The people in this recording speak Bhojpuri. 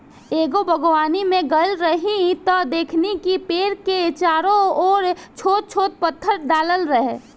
एगो बागवानी में गइल रही त देखनी कि पेड़ के चारो ओर छोट छोट पत्थर डालल रहे